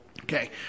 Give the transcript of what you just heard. Okay